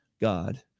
God